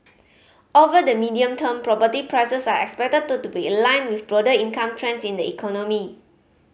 over the medium term property prices are expected to to be aligned with broader income trends in the economy